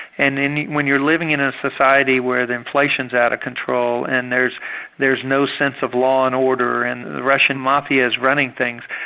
and when you're living in a society where the inflation's out of control and there's there's no sense of law and order and the russian mafia is running things.